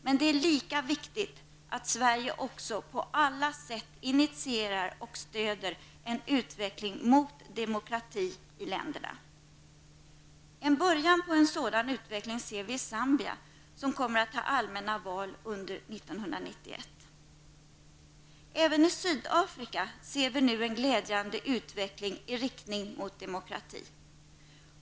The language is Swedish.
Men det är lika viktigt att Sverige också på alla sätt initierar och stöder en utveckling mot demokrati i länderna. En början på en sådan utveckling ser vi i Zambia, som kommer att ha allmänna val under 1991. Även i Sydafrika ser vi nu en glädjande utveckling i riktning mot demokrati.